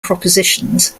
propositions